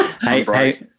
hey